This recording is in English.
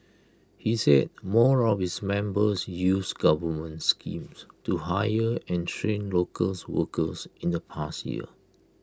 he said more of its members used government schemes to hire and train locals workers in the past year